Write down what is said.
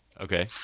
Okay